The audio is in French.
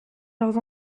leurs